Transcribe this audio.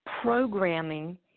programming